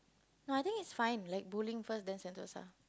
no I think it's fine like bowling first then Sentosa